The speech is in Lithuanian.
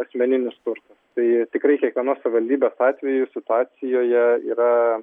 asmeninis turtas tai tikrai kiekvienos savivaldybės atveju situacijoje yra